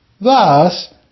Thus